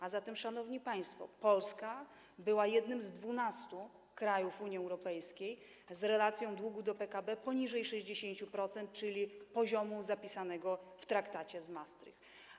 A zatem, szanowni państwo, Polska była jednym z 12 krajów Unii Europejskiej z relacją długu do PKB poniżej 60%, czyli poziomu zapisanego w traktacie z Maastricht.